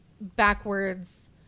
backwards